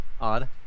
Odd